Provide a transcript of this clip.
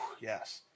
yes